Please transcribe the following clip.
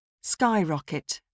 Skyrocket